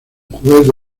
juguete